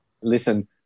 Listen